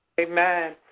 Amen